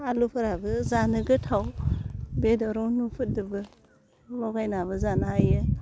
आलुफोराबो जानो गोथाव बेदराव नुफोदोबो लगायनाबो जानो हायो